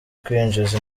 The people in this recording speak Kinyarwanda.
kwinjiza